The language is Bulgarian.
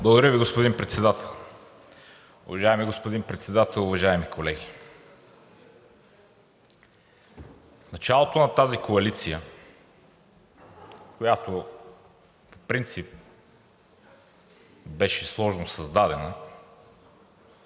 Ви, господин Председател. Уважаеми господин Председател, уважаеми колеги! В началото на тази коалиция, която по принцип беше сложно създадена,